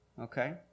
okay